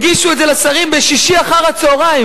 הגישו את זה לשרים בשישי בצהריים.